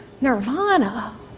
Nirvana